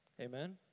Amen